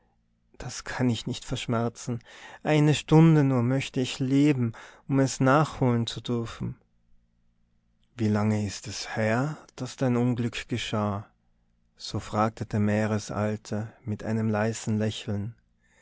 das kann ich nicht verschmerzen eine stunde nur möchte ich leben um es nachholen zu dürfen wie lange ist es her daß dein unglück geschah so fragte der meeresalte mit einem leisen lächeln